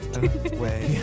away